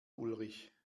ulrich